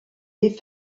est